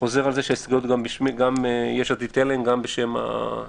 חוזר על זה שההסתייגויות הן גם בשם יש עתיד-תל"ם וגם בשם המשותפת.